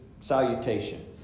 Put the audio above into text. salutation